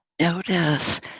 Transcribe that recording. Notice